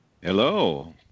Hello